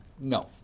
No